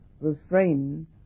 refrain